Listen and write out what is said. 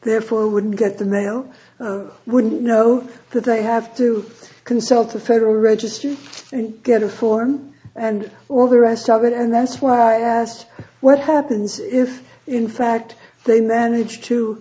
there for wouldn't get the mail wouldn't know that they have to consult a federal register and get a form and all the rest of it and that's why i asked what happens if in fact they manage to